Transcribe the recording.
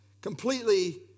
completely